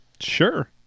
Sure